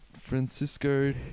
Francisco